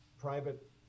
private